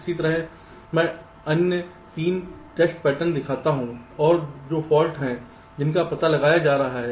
इसी तरह मैं अन्य 3 टेस्ट पैटर्न दिखाता हूं और जो फाल्ट हैं जिनका पता लगाया जा रहा है